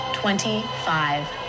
twenty-five